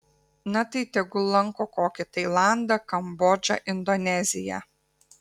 na tai tegul lanko kokį tailandą kambodžą indoneziją